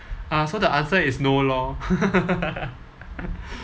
uh so the answer is no lor